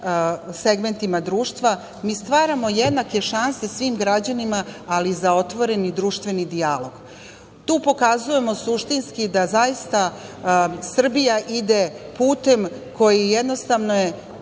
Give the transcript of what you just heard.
segmentima društva, mi stvaramo jednake šanse svim građanima, ali za otvoreni društveni dijalog, tu pokazujemo suštinski da zaista Srbija ide putem koji je jednostavno